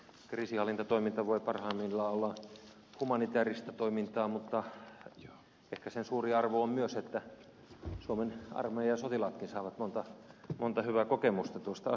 kriisinhallintatoiminta voi parhaimmillaan olla humanitääristä toimintaa mutta ehkä sen suuri arvo on myös se että suomen armeijan sotilaatkin saavat monta hyvää kokemusta tuosta asiasta